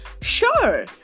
Sure